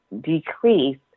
Decrease